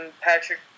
Patrick